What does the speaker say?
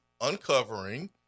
uncovering